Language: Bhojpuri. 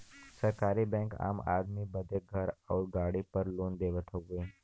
सरकारी बैंक आम आदमी बदे घर आउर गाड़ी पर लोन देवत हउवन